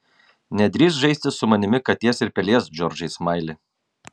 nedrįsk žaisti su manimi katės ir pelės džordžai smaili